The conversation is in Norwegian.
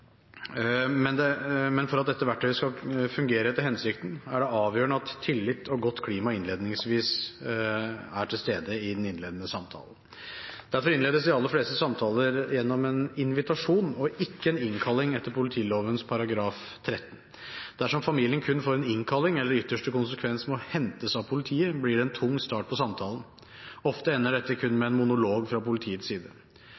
Men for at dette verktøyet skal fungere etter hensikten, er det avgjørende at tillit og godt klima er til stede i den innledende samtalen. Derfor innledes de aller fleste samtaler gjennom en invitasjon og ikke etter en innkalling etter politiloven § 13. Dersom familien kun får en innkalling, eller i ytterste konsekvens må hentes av politiet, blir det en tung start på samtalen. Ofte ender dette kun med en monolog fra politiets side.